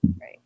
Right